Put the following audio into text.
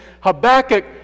habakkuk